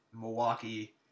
Milwaukee